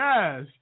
Yes